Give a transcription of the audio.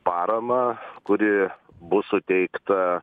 paramą kuri bus suteikta